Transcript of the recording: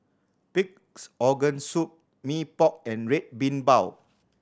Pig's Organ Soup Mee Pok and Red Bean Bao